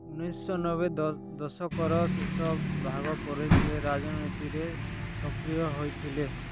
ଉଣେଇଶହ ନବେ ଦଶକର ଶେଷ ଭାଗପରେ ସେ ରାଜନୀତିରେ ସକ୍ରିୟ ହୋଇଥିଲେ